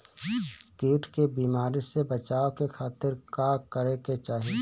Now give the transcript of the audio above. कीट के बीमारी से बचाव के खातिर का करे के चाही?